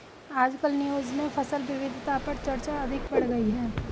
आजकल न्यूज़ में फसल विविधता पर चर्चा अधिक बढ़ गयी है